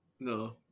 no